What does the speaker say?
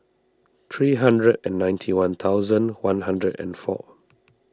three hundred and ninety one thousand one hundred and four